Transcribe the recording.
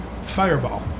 Fireball